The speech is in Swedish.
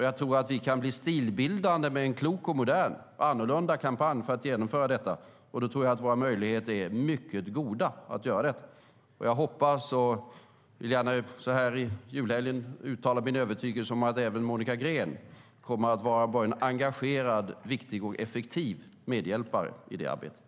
Jag tror att vi kan bli stilbildande med en klok, modern och annorlunda kampanj för att genomföra detta. Då tror jag också att våra möjligheter är mycket goda. Jag hoppas och vill gärna så här i julhelgen uttala min övertygelse om att även Monica Green kommer att vara en såväl engagerad och viktig som effektiv medhjälpare i det arbetet.